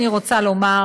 אני רוצה לומר,